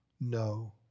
no